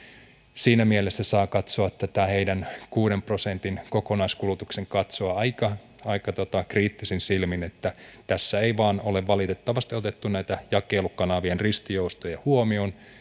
siinä mielessä saa katsoa tätä heidän kuuden prosentin kokonaiskulutuksen kasvua aika kriittisin silmin tässä ei vain ole valitettavasti otettu näitä jakelukanavien ristijoustoja huomioon